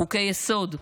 חוקי-יסוד,